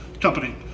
company